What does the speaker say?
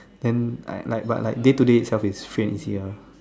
then I like but like day to day itself is free and easy ah